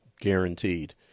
guaranteed